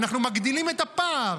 אנחנו מגדילים את הפער,